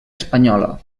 espanyola